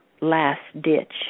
last-ditch